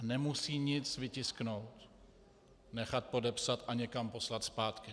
Nemusí nic tisknout, nechat podepsat a někam poslat zpátky.